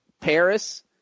Paris